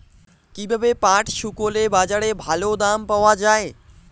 কীভাবে পাট শুকোলে বাজারে ভালো দাম পাওয়া য়ায়?